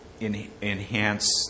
enhance